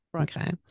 Okay